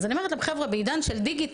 ואז אני אומרת להם שבעידן של דיגיטל,